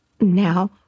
now